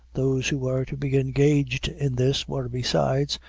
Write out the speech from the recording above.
those who were to be engaged in this were, besides,